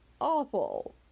awful